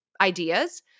ideas